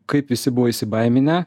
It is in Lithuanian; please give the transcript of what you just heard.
kaip visi buvo įsibaiminę